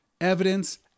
evidence